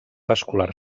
vascular